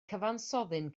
cyfansoddyn